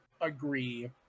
agree